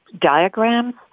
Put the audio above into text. diagrams